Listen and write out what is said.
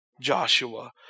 Joshua